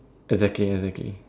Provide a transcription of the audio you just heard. exactly exactly